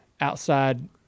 outside